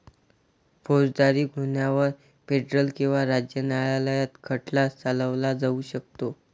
फौजदारी गुन्ह्यांवर फेडरल किंवा राज्य न्यायालयात खटला चालवला जाऊ शकतो